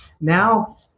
Now